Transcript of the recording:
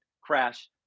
crash